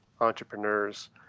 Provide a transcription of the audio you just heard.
entrepreneurs